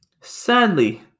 sadly